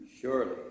Surely